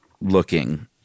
looking